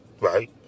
Right